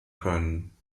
können